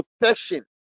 protection